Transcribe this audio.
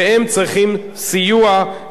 והם צריכים סיוע.